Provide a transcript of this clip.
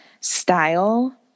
style